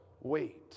wait